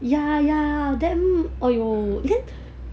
ya ya then !aiyo!